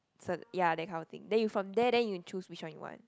so ya that kind of thing then you from there then you choose which one you want